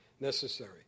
necessary